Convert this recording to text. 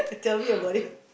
tell me about it